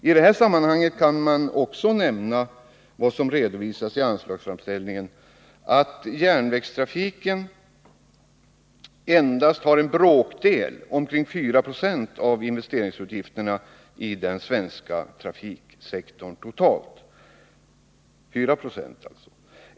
I det här sammanhanget kan man också nämna att, enligt vad som redovisats i anslagsframställningen, järnvägstrafiken endast har en bråkdel — omkring 4 90 — av de totala investeringsutgifterna i den svenska trafiksektorn.